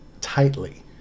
tightly